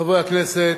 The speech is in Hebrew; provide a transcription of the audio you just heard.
חברי הכנסת,